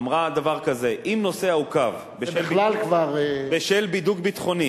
אמר דבר כזה: אם נוסע עוכב בשל בידוק ביטחוני